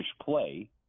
play